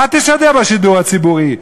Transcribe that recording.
מה תשדר בשידור הציבורי?